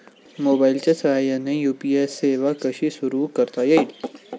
मोबाईलच्या साहाय्याने यू.पी.आय सेवा कशी सुरू करता येईल?